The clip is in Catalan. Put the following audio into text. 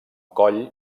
coll